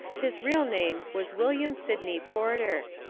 his real name was william sydney porter.